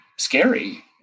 Scary